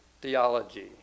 Theology